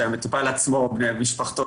שהמטופל עצמו ובני משפחתו,